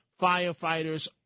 firefighters